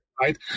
right